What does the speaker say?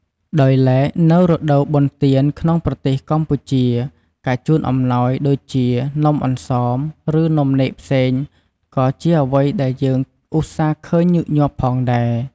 ដោយឡែក នៅរដូវបុណ្យទានក្នុងប្រទេសកម្ពុជា ការជូនអំណោយដូចជា នំអង្សម ឬ នំនែកផ្សេង ក៏ជាអ្វីដែលយើងឧស្សាហ៍ឃើញញឹកញាប់ផងដែរ។